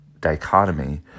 dichotomy